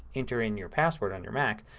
enter in your passcode on your mac.